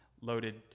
loaded